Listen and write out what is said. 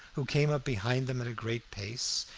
who came up behind them at a great pace,